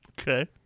Okay